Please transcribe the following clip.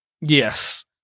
Yes